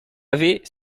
avait